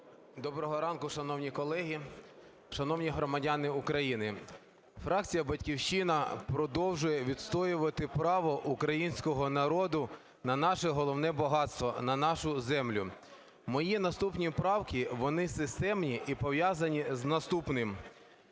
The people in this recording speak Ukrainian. Доброго ранку, шановні колеги, шановні громадяни України! Фракція "Батьківщина" продовжує відстоювати право українського народу на наше головне багатство – на нашу землю. Мої наступні правки, вони системні і пов'язані з наступним.